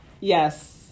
Yes